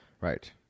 Right